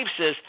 says